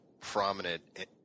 prominent